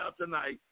tonight